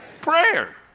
prayer